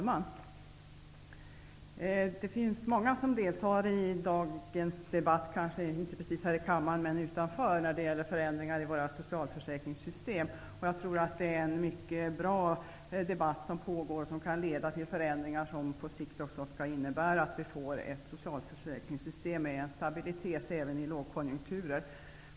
Herr talman! Det är många, kanske inte precis här i kammaren men utanför, som deltar i debatten om förändringar i våra socialförsäkringssystem. Jag tror att det är en mycket bra debatt som pågår, som kan leda till förändringar som på sikt också innebär att vi får ett socialförsäkringssystem med stabilitet även i lågkonjunkturer.